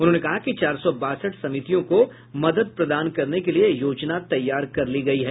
उन्होंने कहा कि चार सौ बासठ समितियों को मदद प्रदान करने के लिये योजना तैयार कर ली गयी है